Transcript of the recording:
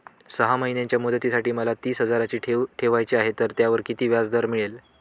सहा महिन्यांच्या मुदतीसाठी मला तीस हजाराची ठेव ठेवायची आहे, तर त्यावर किती व्याजदर मिळेल?